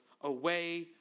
away